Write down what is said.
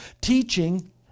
Teaching